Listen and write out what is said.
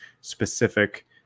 specific